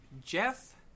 Jeff